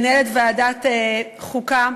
מנהלת ועדת חוקה,